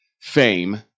fame